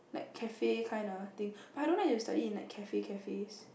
like cafe kind ah I think but I don't like to study in the cafe cafes